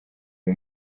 uyu